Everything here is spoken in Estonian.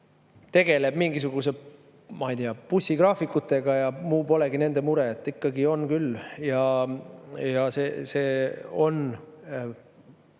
tegeleb mingisuguste, ma ei tea, bussigraafikutega ja muu polegi nende mure. On ikkagi küll.